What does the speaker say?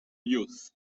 youth